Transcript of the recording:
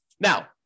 Now